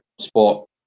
sport